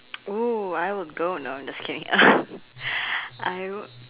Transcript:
!oo! I would go no I'm just kidding I would